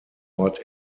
ort